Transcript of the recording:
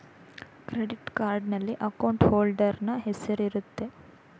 credit ಕಾರ್ಡ್ನಲ್ಲಿ account holder ನ ಹೆಸರಿರುತ್ತೆ